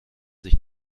sich